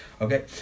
okay